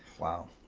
wow